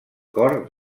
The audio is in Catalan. cor